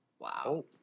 Wow